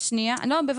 כבר